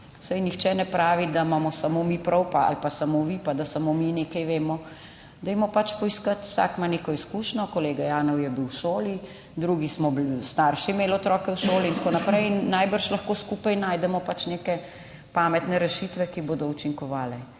Saj nihče ne pravi, da imamo samo mi prav ali pa samo vi pa da samo mi nekaj vemo. Dajmo pač poiskati, vsak ima neko izkušnjo, kolega Janev je bil v šoli, drugi smo kot starši imeli otroke v šoli in tako naprej. Najbrž lahko skupaj najdemo neke pametne rešitve, ki bodo učinkovale.